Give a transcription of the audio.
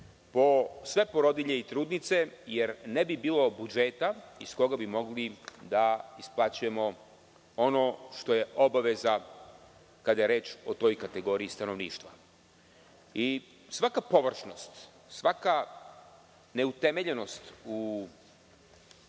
po sve porodilje i trudnice jer ne bi bilo budžeta iz koga bi mogli da isplaćujemo ono što je obaveza kada je reč o toj kategoriji stanovništva. Svaka površnost, svaka neutemeljenost u stvarnom životu